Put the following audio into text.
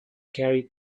carried